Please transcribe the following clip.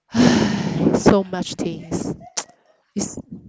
!hais! so much things it's